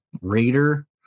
Raider